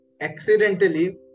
accidentally